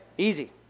Easy